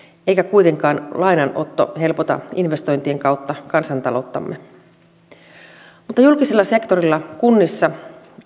eikä kuitenkaan lainanotto helpota investointien kautta kansantalouttamme mutta julkisella sektorilla kunnissa